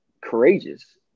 courageous